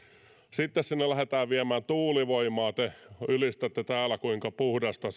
sitten sinne lähdetään viemään tuulivoimaa te ylistätte täällä kuinka puhdasta